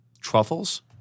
Truffles